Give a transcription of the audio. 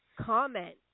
Comment